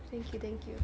thank you thank you